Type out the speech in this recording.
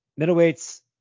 Middleweights